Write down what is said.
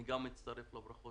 אני גם מצטרף לדיון